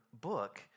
book